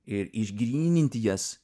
ir išgryninti jas